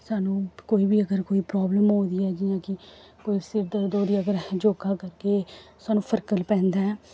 सानूं कोई बी अगर कोई प्रॉब्लम होई दी ऐ जियां कि कोई सिर दर्द होआ दी ऐ अगर अस योग करगे सानूं फर्क पैंदा ऐ